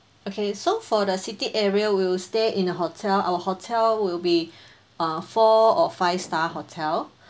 okay so for the city area we'll stay in the hotel our hotel will be uh four or five star hotel